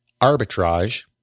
arbitrage